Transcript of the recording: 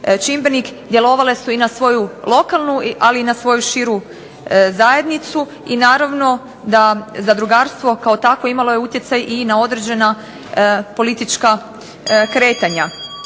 čimbenik, djelovale su i na svoju lokalnu, ali i na svoju širu zajednicu i naravno da zadrugarstvo kao takvo imalo je utjecaj i na određena politička kretanja.